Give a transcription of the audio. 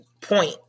point